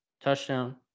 touchdown